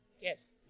Yes